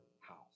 house